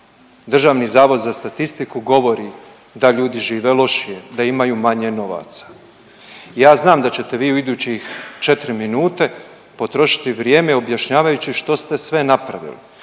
Državni zavod za statistiku govori da ljudi žive lošije, da imaju manje novaca. Ja znam da ćete vi u idućih 4 minute potrošiti vrijeme objašnjavajući što ste sve napravili.